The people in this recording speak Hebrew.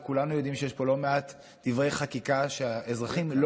וכולנו יודעים שיש פה לא מעט דברי חקיקה שהאזרחים לא